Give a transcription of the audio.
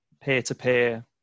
peer-to-peer